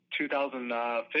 2015